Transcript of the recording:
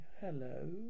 Hello